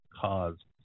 caused